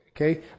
Okay